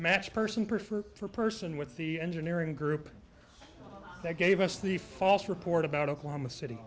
matched person prefer the person with the engineering group they gave us the false report about oklahoma city